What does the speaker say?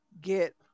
get